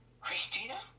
Christina